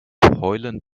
heulen